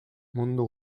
mundu